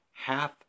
Half